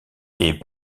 est